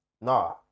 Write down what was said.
Nah